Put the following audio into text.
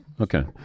okay